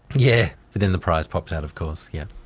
yeah, but then the prize pops out of course, yeah.